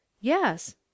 Yes